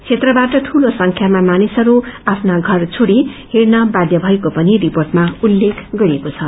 क्षेत्रबाट ठूलो संख्यामा मानिसहरू आफ्ना घर छोड़ी हिड़न बाध्य भएको पनि रिपोर्टमा उल्लेख गरिएको छ